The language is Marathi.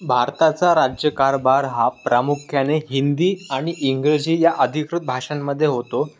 भारताचा राज्यकारबार हा प्रामुख्याने हिंदी आणि इंग्रजी या अधिकृत भाषांमध्ये होतो